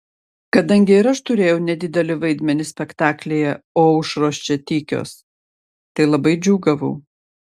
kadangi ir aš turėjau nedidelį vaidmenį spektaklyje o aušros čia tykios tai labai džiūgavau